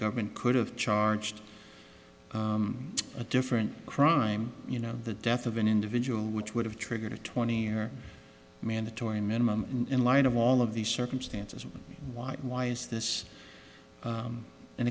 government could have charged a different crime you know the death of an individual which would have triggered a twenty year mandatory minimum in line of all of these circumstances why why is this